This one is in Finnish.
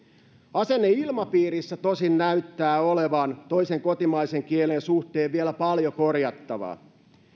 asenneilmapiirissä tosin näyttää olevan toisen kotimaisen kielen suhteen vielä paljon korjattavaa